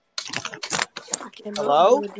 Hello